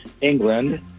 England